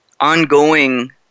ongoing